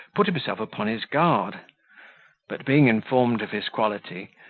put himself upon his guard but being informed of his quality,